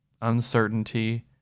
uncertainty